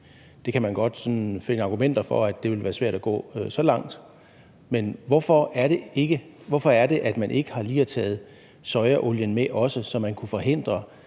og man kan godt finde argumenter for, at det ville være svært at gå så langt. Men hvorfor er det, at man ikke lige har taget sojaolien med også, så man kunne forhindre,